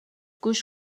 گوش